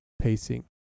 pacing